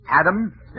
Adam